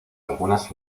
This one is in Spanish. algunas